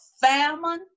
famine